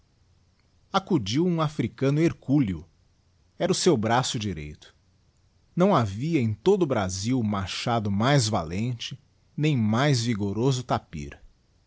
acudiu um africano hercúleo era o seu braço direito não havia em todo o brasil machado mais valente nem mais vigoroso tapyr